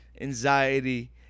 anxiety